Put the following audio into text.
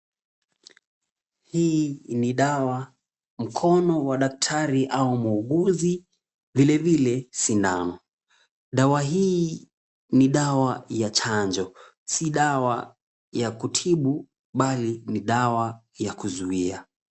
Hii ni dawa, mkono wa daktari au muuguzi, vilevile sindano. Dawa hii ni dawa ya chanjo. Si dawa ya kutibu bali ni dawa ya kuzuia.